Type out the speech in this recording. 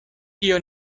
tio